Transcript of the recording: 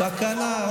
תקנה של זה, תקנה.